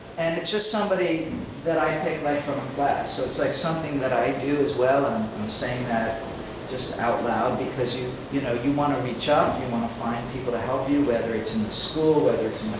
and it's just somebody that i picked right from a class. so it's like something that i do as well. i'm and saying that ah just out loud, because you you know you wanna reach up. you wanna find people to help you, whether it's in the school, whether it's